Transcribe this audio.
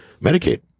Medicaid